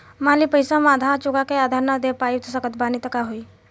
मान ली पईसा हम आधा चुका के आगे न दे पा सकत बानी त का होई?